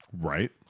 right